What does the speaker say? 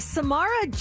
Samara